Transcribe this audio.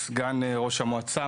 שאמר סגן ראש המועצה,